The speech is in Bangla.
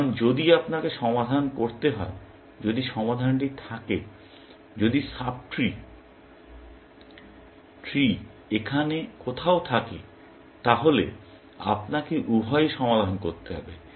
কারণ যদি আপনাকে সমাধান করতে হয় যদি সমাধানটি থাকে যদি সাবট্রি টি এখানে কোথাও থাকে তাহলে আপনাকে উভয়ই সমাধান করতে হবে